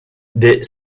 des